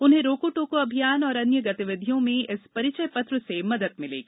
उन्हें रोको टोको अभियान तथा अन्य गतिविधियों में इस परिचय पत्र से मदद मिलेगी